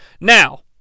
Now